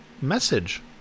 message